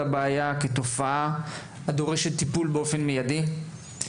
הבעיה כתופעה הדורשת טיפול באופן מיידי.